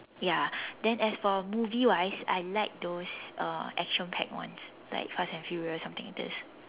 ya then as for movie wise I like those uh action packed ones like fast and furious something like this